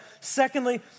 secondly